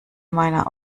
meiner